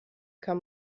kann